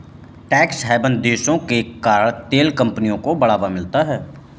tax haven देशों के कारण तेल कंपनियों को बढ़ावा मिलता है